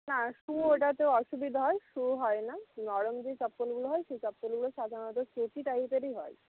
না সু ওটাতে অসুবিধা হয় সু হয় না নরম যে চপ্পলগুলো হয় সে চপ্পলগুলো সাধারণত টাইপেরই হয়